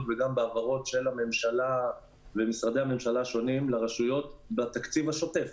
וגם בהעברות של הממשלה ומשרדי הממשלה השונים לרשויות בתקציב השוטף,